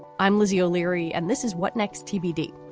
i'm lizzie o'leary and this is what next tbd,